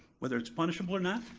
whether it's punishable or not,